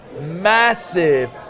massive